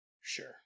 Sure